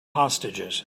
hostages